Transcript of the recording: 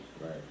Right